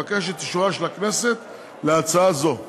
אבקש את אישורה של הכנסת להצעה זו.